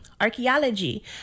archaeology